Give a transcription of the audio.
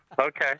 okay